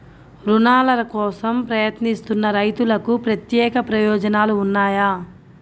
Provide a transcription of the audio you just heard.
రుణాల కోసం ప్రయత్నిస్తున్న రైతులకు ప్రత్యేక ప్రయోజనాలు ఉన్నాయా?